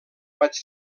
vaig